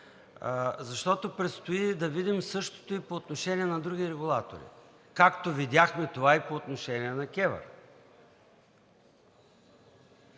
защото предстои да видим същото и по отношение на други регулатори, както видяхме това и по отношение на КЕВР.